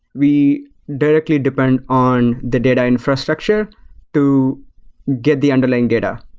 we directly depend on the data infrastructure to get the underlying data.